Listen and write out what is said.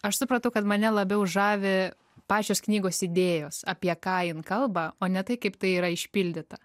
aš supratau kad mane labiau žavi pačios knygos idėjos apie ką jin kalba o ne tai kaip tai yra išpildyta